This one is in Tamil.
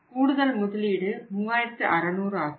கூடுதல் முதலீடு 3600 ஆகும்